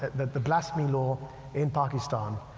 but the blasphemy law in pakistan,